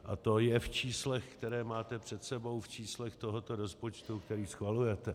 A to je v číslech, která máte před sebou, v číslech tohoto rozpočtu, který schvalujete.